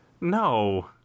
no